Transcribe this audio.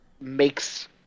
makes